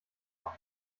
auch